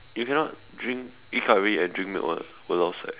you cannot drink eat Curry and drink milk [what] will lao sai